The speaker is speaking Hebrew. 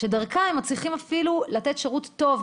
שדרכה הם מצליחים לתת שירות טוב,